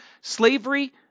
Slavery